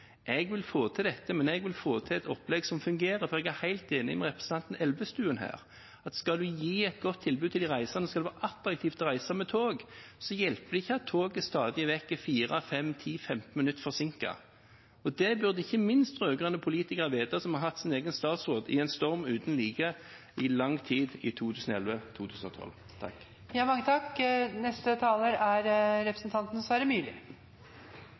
Jeg vil få til dette, men jeg vi få til et opplegg som fungerer. For jeg er helt enig med representanten Elvestuen i at skal man gi et godt tilbud til de reisende, skal det være attraktivt å reise med tog, hjelper det ikke at toget stadig vekk er 4, 5, 10 eller 15 minutter forsinket. Det burde ikke minst rød-grønne politikere vite, som har hatt sin egen statsråd i en storm uten like i lang tid i 2011–2012. Samferdselsministeren hevder at de rød-grønne jobber imot økning av kapasiteten på Sørlandsbanen. Det er